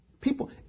People